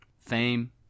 fame